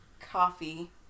coffee